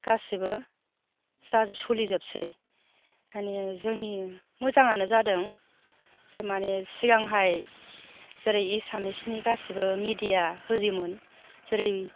गासिबो जाजोब सलिजोबसै माने जोंनि मोजाङानो जादों जे माने सिगांहाय जेरै एसामिसनि गासिबो मिडिया होयोमोन जेरै